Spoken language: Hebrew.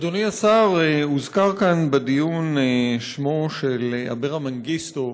אדוני השר, הוזכר כאן בדיון שמו של אברה מנגיסטו,